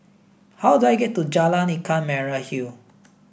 how do I get to Jalan Ikan Merah Hill